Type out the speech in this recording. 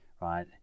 Right